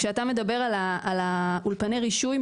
כשאתה מדבר על אולפני הרישוי,